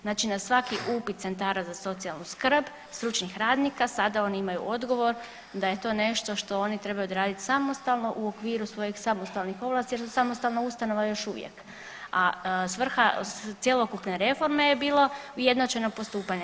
Znači na svaki upit centara za socijalnu skrbi, stručnih radnika sada oni imaju odgovor da je to nešto što oni trebaju odraditi samostalno u okviru svojih samostalnih ovlasti jer su samostalna ustanova još uvijek, a svrha cjelokupne reforme je bilo ujednačeno postupanje.